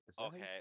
okay